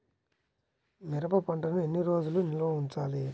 మిరప పంటను ఎన్ని రోజులు నిల్వ ఉంచాలి?